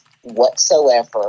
whatsoever